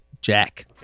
Jack